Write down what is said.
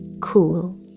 Cool